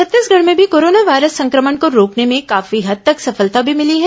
छत्तीसगढ़ में भी corona virus संक्रमण को रोकने में काफी हद तक सफलता भी मिली है